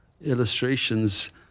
illustrations